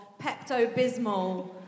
Pepto-Bismol